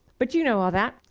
but you know all that.